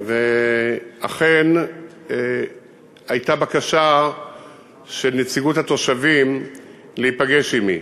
אכן הייתה בקשה של נציגות התושבים להיפגש עמי.